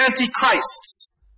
antichrists